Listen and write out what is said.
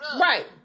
Right